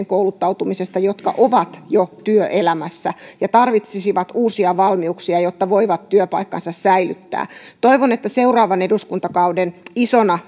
kouluttautumisesta jotka ovat jo työelämässä ja tarvitsisivat uusia valmiuksia jotta voivat työpaikkansa säilyttää toivon että seuraavan eduskuntakauden isona